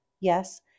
Yes